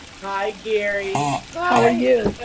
hi gary. hi. how are you?